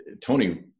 Tony